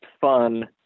fun